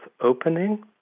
opening